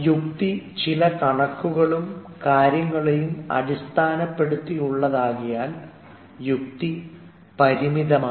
യുക്തി ചില കണക്കുകളും കാര്യങ്ങളെയും അടിസ്ഥാനപ്പെടുത്തിയുള്ളതാകയാൽ യുക്തി പരിമിതമാണ്